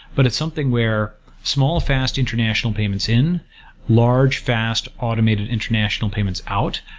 but it's something where small, fast, international payments in large, fast, automated, international payments out.